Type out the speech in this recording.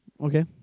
Okay